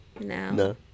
No